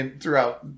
throughout